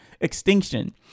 extinction